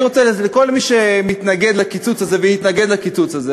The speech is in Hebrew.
לכל מי שמתנגד לקיצוץ הזה ויתנגד לקיצוץ הזה,